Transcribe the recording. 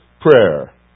prayer